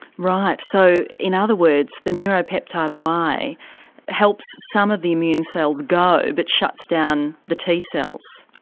right, so in other words the neuropeptide y helps some of the immune cells go but shuts down the t cells.